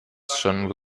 schon